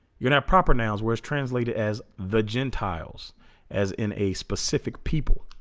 you're not proper nouns where it's translated as the gentiles as in a specific people